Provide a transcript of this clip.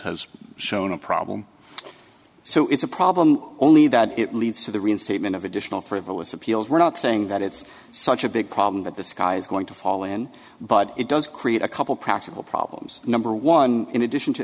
has shown a problem so it's a problem only that it leads to the reinstatement of additional frivolous appeals we're not saying that it's such a big problem that the sky is going to fall in but it does create a couple practical problems number one in addition to